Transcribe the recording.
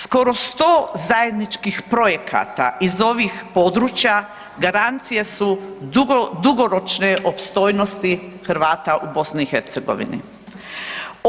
Skoro 100 zajedničkih projekata iz ovih područja garancija su dugoročne opstojnosti Hrvata u BiH-u.